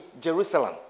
Jerusalem